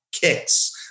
kicks